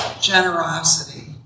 generosity